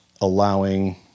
allowing